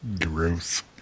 Gross